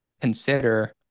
consider